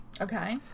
Okay